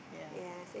yeah